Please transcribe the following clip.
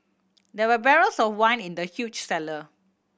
there were barrels of wine in the huge cellar